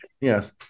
Yes